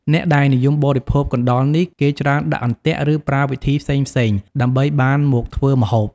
អ្នកដែលនិយមបរិភោគកណ្តុរនេះ គេច្រើនដាក់អន្ទាក់ ឬ ប្រើវិធីផ្សេងៗ ដើម្បីបានមកធ្វើម្ហូប។